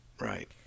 Right